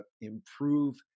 improve